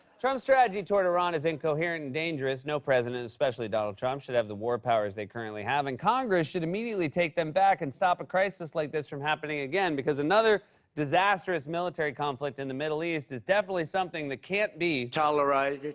trump's strategy toward iran is incoherent and dangerous. no president, especially donald trump, should have the war powers they currently have and congress should immediately take them back and stop a crisis like this from happening again, because another disastrous military conflict in the middle east is definitely something that can't be. toleri